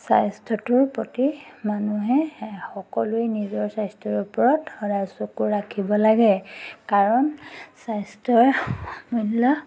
স্বাস্থ্যটোৰ প্ৰতি মানুহে সকলোৱে নিজৰ স্বাস্থ্যৰ ওপৰত সদায় চকু ৰাখিব লাগে কাৰণ স্বাস্থ্যই অমূল্য